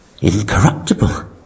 incorruptible